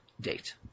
date